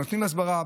נותנים הסברה,